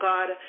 God